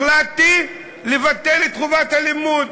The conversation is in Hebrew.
החלטתי לבטל את חובת הלימוד,